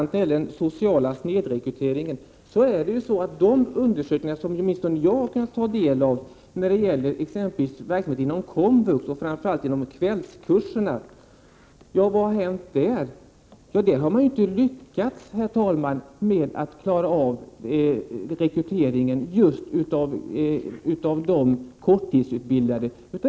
Beträffande den sociala snedrekryteringen vill jag säga att det är ganska intressant att läsa de undersökningar som åtminstone jag har kunnat ta del av, t.ex. när det gäller verksamheten inom komvux, framför allt kvällskurserna. Vad har hänt på det området? Jo, man har inte lyckats att klara av rekryteringen av just korttidsutbildade.